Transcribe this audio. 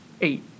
Eight